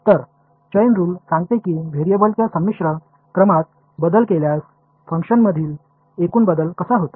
तर chain rule सांगते की व्हेरिएबल्सच्या संमिश्र क्रमात बदल केल्यास फंक्शनमधील एकूण बदल कसा होतो